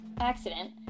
accident